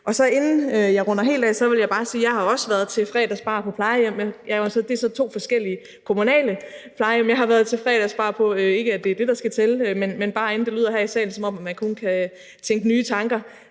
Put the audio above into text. dag. Så inden jeg runder helt af, vil jeg bare sige, at jeg også har været til fredagsbar på plejehjem. Det er så to forskellige kommunale plejehjem, jeg har været til fredagsbar på – ikke at det er det, der skal tælle, men det vil jeg bare nævne, inden det lyder her i salen, som om man kun kan tænke nye tanker